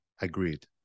Agreed